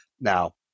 Now